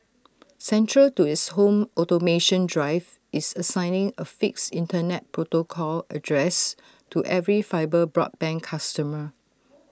central to its home automation drive is assigning A fixed Internet protocol address to every fibre broadband customer